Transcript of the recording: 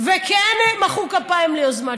מחאו כפיים ליוזמות